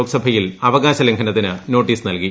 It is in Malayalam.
ലോക്സഭയിൽ അവകാശലംഘനത്തിന് നോട്ടീസ് നൽകി